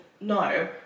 no